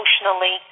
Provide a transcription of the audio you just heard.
emotionally